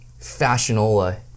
fashionola